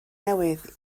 newydd